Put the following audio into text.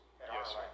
Yes